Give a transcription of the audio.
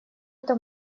это